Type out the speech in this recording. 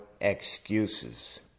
excuses